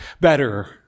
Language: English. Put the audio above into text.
better